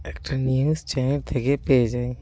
একটা news channel থেকে পেয়ে যাই